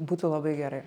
būtų labai gerai